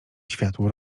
światło